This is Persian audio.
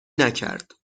نکرد